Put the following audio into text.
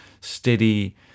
steady